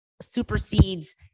supersedes